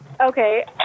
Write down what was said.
Okay